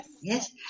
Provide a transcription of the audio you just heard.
Yes